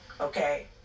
okay